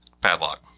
Padlock